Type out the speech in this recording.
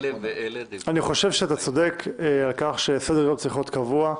אני חושב שאתה צודק על כך שסדר-היום צריך להיות קבוע,